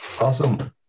awesome